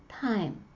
time